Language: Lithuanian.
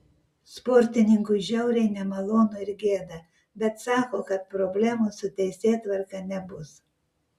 sportininkui žiauriai nemalonu ir gėda bet sako kad problemų su teisėtvarka nebus